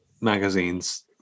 magazines